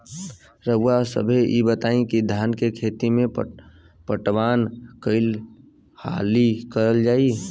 रउवा सभे इ बताईं की धान के खेती में पटवान कई हाली करल जाई?